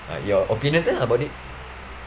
uh your opinions leh about it